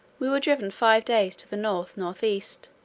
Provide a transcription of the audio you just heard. we were driven five days to the north-north-east,